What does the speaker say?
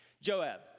Joab